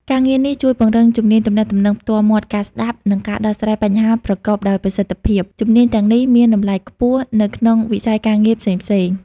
ការងារនេះជួយពង្រឹងជំនាញទំនាក់ទំនងផ្ទាល់មាត់ ការស្ដាប់ និងការដោះស្រាយបញ្ហាប្រកបដោយប្រសិទ្ធភាព។ ជំនាញទាំងនេះមានតម្លៃខ្ពស់នៅក្នុងវិស័យការងារផ្សេងៗ។